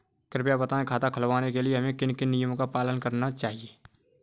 कृपया बताएँ खाता खुलवाने के लिए हमें किन किन नियमों का पालन करना चाहिए?